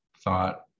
thought